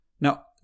Now